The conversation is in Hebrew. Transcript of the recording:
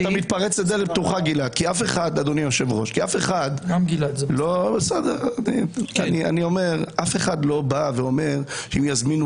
אבל אתה מתפרץ לדלת פתוחה כי אף אחד לא רוצה ואומר שאם יזמינו